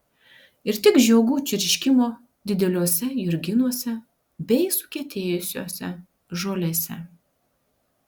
ir tik žiogų čirškimo dideliuose jurginuose bei sukietėjusiose žolėse